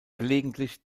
gelegentlich